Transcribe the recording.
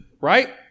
Right